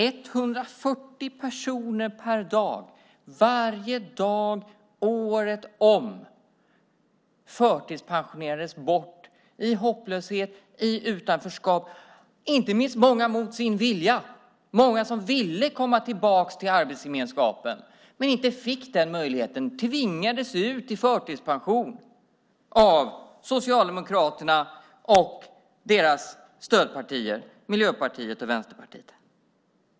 140 personer per dag, varje dag, året om, förtidspensionerades bort i hopplöshet, i utanförskap. Inte minst förtidspensionerades många mot sin vilja. Många som ville komma tillbaka till arbetsgemenskapen, men som inte fick den möjligheten, tvingades ut i förtidspension av Socialdemokraterna och deras stödpartier, Miljöpartiet och Vänsterpartiet.